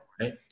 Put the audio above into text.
right